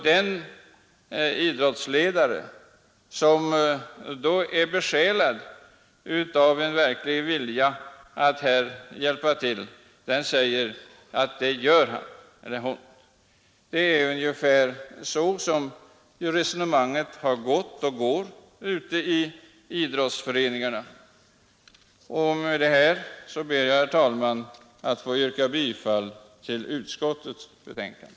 Den idrottsledare som är besjälad av en verklig vilja att hjälpa till, säger då att det gör han. Det är ungefär så resonemanget har gått och går ute i idrottsföreningarna. Med detta ber jag, herr talman, att få yrka bifall till utskottets förslag.